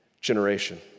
generation